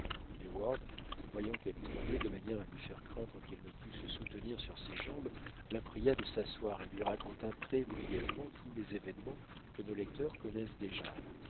voyant qu'elle tremblait de manière à lui faire craindre qu'elle ne pût se soutenir sur ses jambes la pria de s'asseoir et lui raconta très brièvement tous les événements que nos lecteurs connaissent déjà